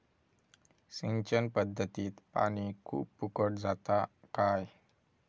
सिंचन पध्दतीत पानी खूप फुकट जाता काय?